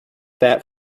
that